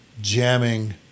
jamming